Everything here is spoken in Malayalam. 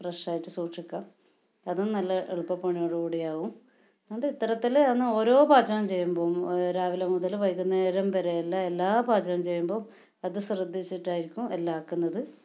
ഫ്രഷ് ആയിട്ട് സൂക്ഷിക്കാം അതും നല്ല എളുപ്പപണിയോട് കൂടി ആവും എന്നിട്ട് ഇത്തരത്തിൽ ആണ് ഓരോ പാചകം ചെയ്യുമ്പോൾ രാവിലെ മുതൽ വൈകുന്നേരം വരെ എല്ലാ എല്ലാ പാചകം ചെയ്യുമ്പോൾ അത് ശ്രദ്ധിച്ചിട്ടായിരിക്കും എല്ലാം ആക്കുന്നത്